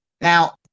Now